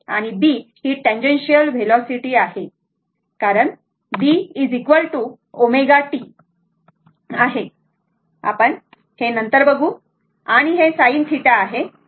आणि B ही tangential velocity आहे कारण B ω t आहे आपण ते नंतर बघू आणि हे sin θ आहे